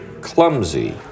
clumsy